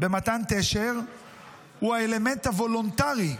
במתן תשר הוא האלמנט הוולונטרי,